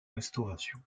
restaurations